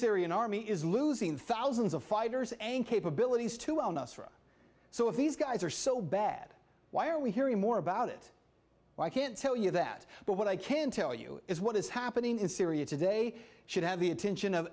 syrian army is losing thousands of fighters and capabilities to own us for so if these guys are so bad why are we hearing more about it i can't tell you that but what i can tell you is what is happening in syria today should have the attention of